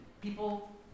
people